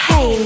Hey